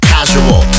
Casual